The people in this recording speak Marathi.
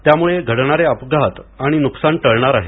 त्यामुळे घडणारे अपघात आणि नुकसान टळणार आहे